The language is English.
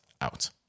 out